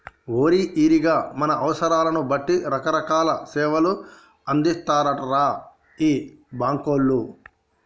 ఓరి ఈరిగా మన అవసరాలను బట్టి రకరకాల సేవలు అందిత్తారటరా ఈ బాంకోళ్లు